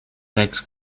legs